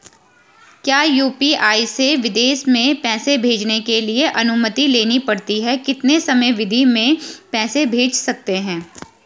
क्या यु.पी.आई से विदेश में पैसे भेजने के लिए अनुमति लेनी पड़ती है कितने समयावधि में पैसे भेज सकते हैं?